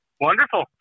Wonderful